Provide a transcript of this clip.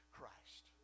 Christ